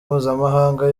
mpuzamahanga